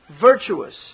virtuous